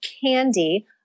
candy